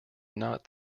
not